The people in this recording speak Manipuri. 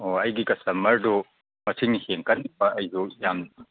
ꯑꯣ ꯑꯩꯒꯤ ꯀꯁꯇꯃꯔꯗꯨ ꯃꯁꯤꯡ ꯍꯦꯟꯀꯠꯅꯕ ꯑꯩꯁꯨ ꯌꯥꯝ